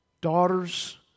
daughters